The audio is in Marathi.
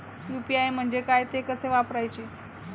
यु.पी.आय म्हणजे काय, ते कसे वापरायचे?